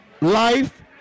Life